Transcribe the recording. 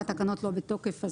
התקנות לא בתוקף.